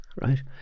right